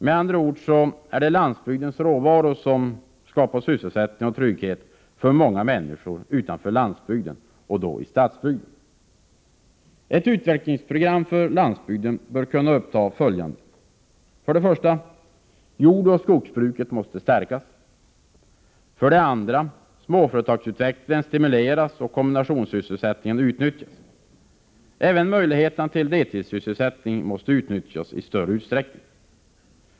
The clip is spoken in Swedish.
Det är med andra ord landsbygdens råvaror som skapar sysselsättning och trygghet för många utanför landsbygden — dvs. i stadsbygden. Ett utvecklingsprogram för landsbygden bör kunna uppta följande: 1. Jordoch skogsbruket måste stärkas. 2. Småföretagsutvecklingen stimuleras och kombinationssysselsättningarna utnyttjas. Även möjligheterna till deltidssysselsättning måste utnyttjas i större utsträckning.